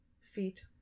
feet